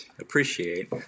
appreciate